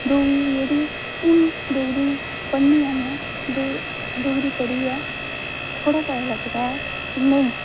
डोगरी जेहड़ी हून डोगरी पढ़नी आं में ते डोगरी पढ़ियै थोह्ड़ा पता लगदा ऐ कि नेईं